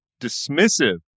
dismissive